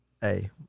Hey